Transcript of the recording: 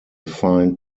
find